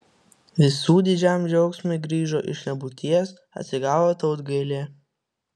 visų didžiam džiaugsmui grįžo iš nebūties atsigavo tautgailė